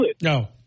No